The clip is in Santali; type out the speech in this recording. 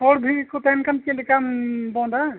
ᱦᱚᱲ ᱵᱷᱤᱲ ᱜᱮᱠᱚ ᱛᱟᱦᱮᱱ ᱠᱷᱟᱱ ᱪᱮᱫ ᱞᱮᱠᱟᱢ ᱵᱚᱸᱫᱟ